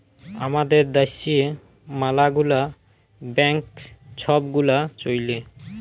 আমাদের দ্যাশে ম্যালা গুলা ব্যাংক ছব গুলা চ্যলে